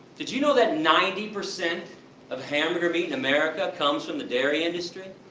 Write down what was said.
did you know that ninety percent of hamburger meat in america comes from the dairy industry?